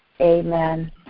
Amen